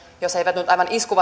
ovat jos eivät nyt aivan isku